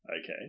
Okay